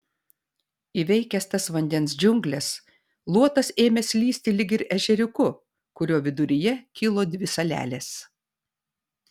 įveikęs tas vandens džiungles luotas ėmė slysti lyg ir ežeriuku kurio viduryje kilo dvi salelės